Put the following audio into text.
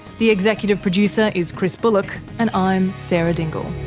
the executive producer is chris bullock, and i'm sarah dingle